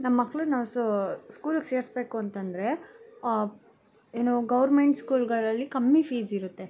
ನಮ್ಮ ಮಕ್ಳನ್ನ ನಾವು ಸ್ಕೂಲಿಗ್ ಸೇರಿಸ್ಬೇಕು ಅಂತಂದರೆ ಏನು ಗೌರ್ಮೆಂಟ್ ಸ್ಕೂಲ್ಗಳಲ್ಲಿ ಕಮ್ಮಿ ಫೀಸಿರತ್ತೆ